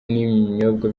n’ibinyobwa